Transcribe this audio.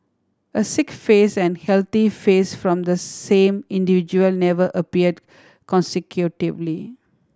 a sick face and healthy face from the same individual never appeared consecutively